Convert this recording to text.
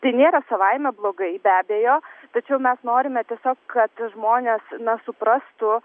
tai nėra savaime blogai be abejo tačiau mes norime tiesiog kad žmonės na suprastų